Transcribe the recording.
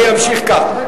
אני אמשיך כך.